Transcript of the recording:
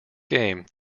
game